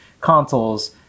consoles